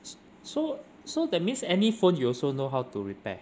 s~ so so that means any phone you also know how to repair